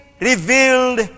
revealed